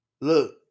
Look